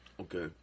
Okay